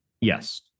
Yes